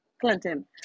Clinton